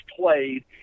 played